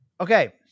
Okay